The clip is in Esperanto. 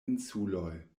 insuloj